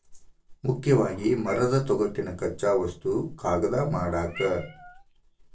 ಮುಖ್ಯವಾಗಿ ಮರದ ತೊಗಟಿನ ಕಚ್ಚಾ ವಸ್ತು ಕಾಗದಾ ಮಾಡಾಕ